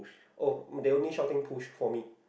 oh they only shouting push for me